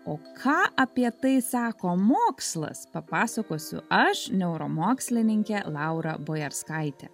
o ką apie tai sako mokslas papasakosiu aš neuromokslininkė laura bojarskaitė